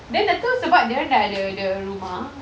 then dah tu sebab dia orang dah ada the rumah